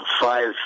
five